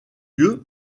lieu